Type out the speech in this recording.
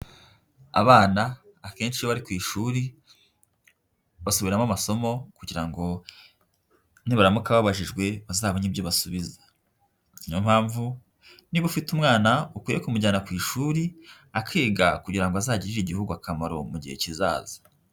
Abana akenshi iyo bari ku ishuri basubiramo amasomo kugira ngo nibaramuka babajijwe bazabone ibyo basubiza, niyo mpamvu niba ufite umwana ukwiye kumujyana ku ishuri akiga kugira ngo azagirire igihugu akamaro mu gihe kizaza.